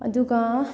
ꯑꯗꯨꯒ